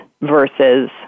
versus